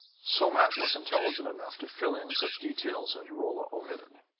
somat was intelligent enough to fill in such details as rolla omitted.